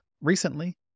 Recently